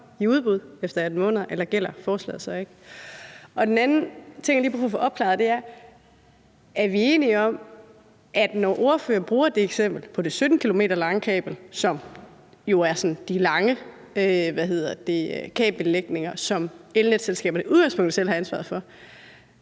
i udbud, efter 18 måneder, eller gælder forslaget så ikke? Den anden ting, jeg lige har brug for at få opklaret, er i forhold til ordførerens eksempel med det 17 km lange kabel, som jo er en af de lange kabellægninger, som elnetselskaberne i udgangspunktet selv har ansvaret for,